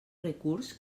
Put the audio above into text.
recurs